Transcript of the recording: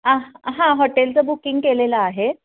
आ हा हॉटेलचं बुकिंग केलेलं आहे